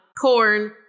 corn